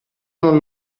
non